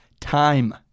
time